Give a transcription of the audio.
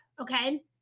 okay